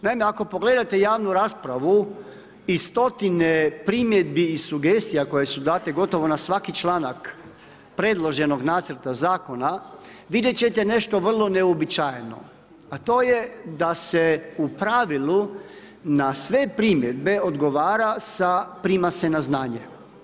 Naime, ako pogledate javnu raspravu i stotine primjedbi i sugestija koje su date gotovo na svaki članak predloženog nacrta zakona, vidjet ćete nešto vrlo neuobičajeno, a to je da se u pravilu na sve primjedbe odgovara sa prima se na znanje.